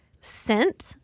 scent